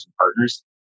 partners